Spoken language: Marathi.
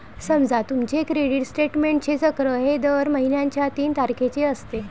समजा तुमचे क्रेडिट स्टेटमेंटचे चक्र हे दर महिन्याच्या तीन तारखेचे असते